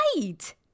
right